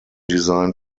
design